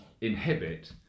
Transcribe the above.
inhibit